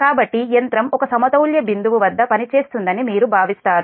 కాబట్టి యంత్రం ఒక సమతౌల్య బిందువు వద్ద పనిచేస్తుందని మీరు భావిస్తారు